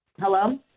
hello